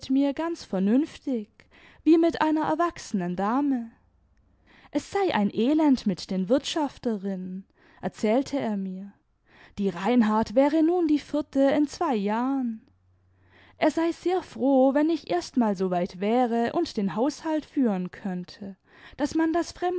mir ganz vernünftig wie mit einer erwachsenen dame es sei ein elend nüt den wirtschafterinnen erzählte er mir die reinhard wäre nun die vierte in zwei jahren er sei sehr froh wenn ich erst mal so weit wäre und den haushalt führen könnte daß man das